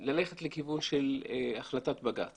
היא ללכת לכיוון של החלטת בג"צ